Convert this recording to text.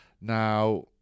now